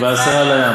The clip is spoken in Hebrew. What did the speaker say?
היא עושה את זה יפה,